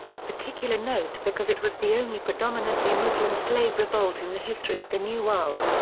of particular note because it was the only predominantly muslim slave revolt in the history of the new world.